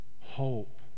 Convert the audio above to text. hope